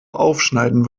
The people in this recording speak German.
aufschneiden